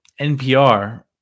NPR